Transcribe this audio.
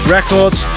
Records